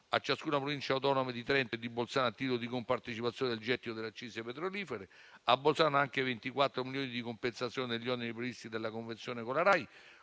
a ciascuna Provincia autonoma di Trento e di Bolzano a titolo di compartecipazione del gettito delle accise petrolifere; a Bolzano vanno anche 24 milioni di compensazione degli oneri previsti dalla convenzione con la Rai.